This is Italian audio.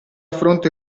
fronte